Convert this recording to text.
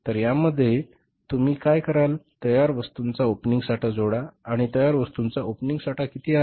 तर यामध्ये तुम्ही काय कराल तयार वस्तूंचा ओपनिंग साठा जोडा आणि तयार वस्तूंचा ओपनिंग साठा किती आहे